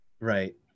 right